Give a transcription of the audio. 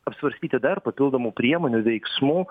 apsvarstyti dar papildomų priemonių veiksmų